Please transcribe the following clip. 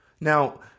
Now